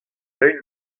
eeun